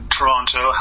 Toronto